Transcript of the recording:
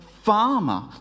Farmer